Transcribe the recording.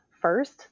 first